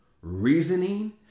reasoning